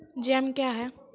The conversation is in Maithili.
जैम क्या हैं?